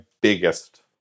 biggest